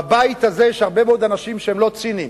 בבית הזה יש הרבה מאוד אנשים שהם לא ציניים.